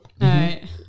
right